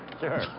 Sure